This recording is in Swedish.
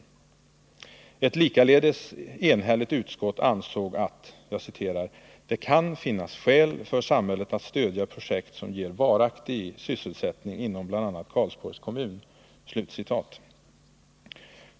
Ett likaledes enhälligt utskott ansåg att ”det kan finnas skäl för samhället att stödja projekt som ger varaktig sysselsättning inom bl.a. Karlsborgs kommun”.